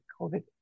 covid